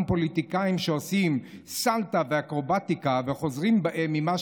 פוליטיקאים שעושים סלטה ואקרובטיקה וחוזרים בהם ממה